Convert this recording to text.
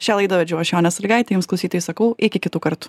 šią laidą vedžiau aš jonė salygaitė jums klausytojai sakau iki kitų kartų